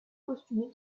costumé